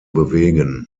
bewegen